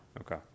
Okay